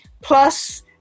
plus